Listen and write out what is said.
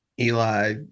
Eli